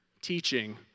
teaching